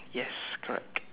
yes correct